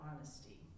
honesty